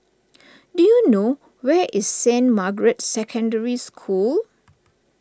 do you know where is Saint Margaret's Secondary School